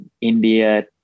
India